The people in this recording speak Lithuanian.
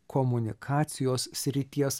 komunikacijos srities